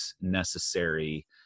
necessary